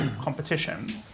competition